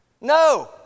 No